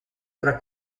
tra